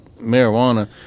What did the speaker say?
marijuana